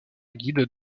guide